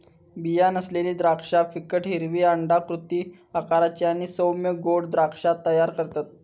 बीया नसलेली द्राक्षा फिकट हिरवी अंडाकृती आकाराची आणि सौम्य गोड द्राक्षा तयार करतत